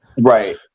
Right